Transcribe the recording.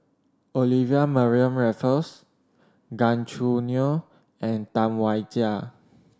Olivia Mariamne Raffles Gan Choo Neo and Tam Wai Jia